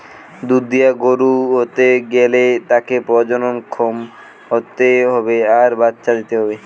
দুধ দিয়া গরু হতে গ্যালে তাকে প্রজনন ক্ষম হতে হবে আর বাচ্চা দিতে হবে